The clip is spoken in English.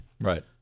Right